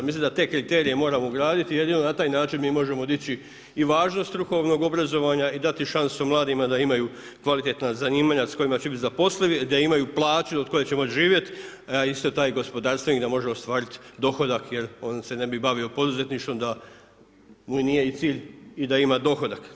Mislim da te kriterije moramo ugraditi, jedino na taj način mi možemo dići i važnost strukovnog obrazovanja i dati šansu mladima da imaju kvalitetna zanimanja s kojima će biti zaposlivi, da imaju plaće od koje će moći živjeti, a isto taj gospodarstvenik da može ostvariti dohodak jer on se ne bi bavio poduzetništvom da mu nije i cilj da ima i dohodak.